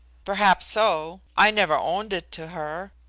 perhaps so. i never owned it to her.